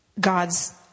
God's